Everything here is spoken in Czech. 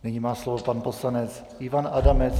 Nyní má slovo poslanec Ivan Adamec.